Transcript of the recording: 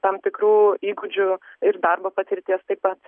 tam tikrų įgūdžių ir darbo patirties taip pat